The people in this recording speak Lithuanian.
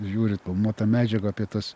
žiūri filmuotą medžiagą apie tas